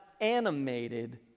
animated